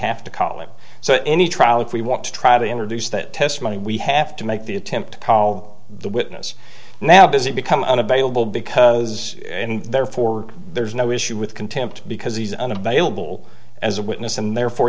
have to call it so any trial if we want to try to introduce that testimony we have to make the attempt how the witness now does it become unavailable because therefore there's no issue with contempt because he's unavailable as a witness and therefore